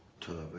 to